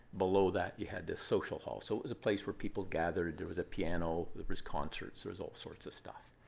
below that, you had this social hall. so it was a place where people gathered. there was a piano. there was concerts. there was all sorts of stuff.